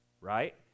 Right